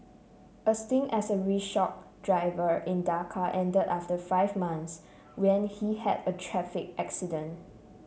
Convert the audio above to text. a stint as a rickshaw driver in Dhaka end after five months when he had a traffic accident